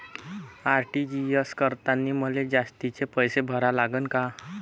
RTGS करतांनी मले जास्तीचे पैसे भरा लागन का?